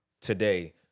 today